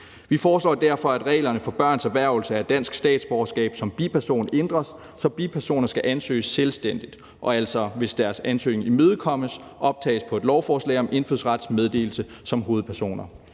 Vi foreslår derfor, at reglerne for børns erhvervelse af dansk statsborgerskab som biperson ændres, så bipersoner skal ansøge selvstændigt og – hvis deres ansøgning imødekommes – optages på et lovforslag om indfødsrets meddelelse som hovedpersoner.